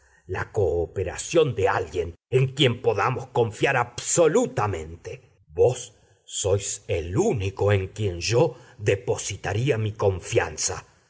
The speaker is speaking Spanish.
la cooperación de alguien en quien podamos confiar absolutamente vos sois el único en quien yo depositaría mi confianza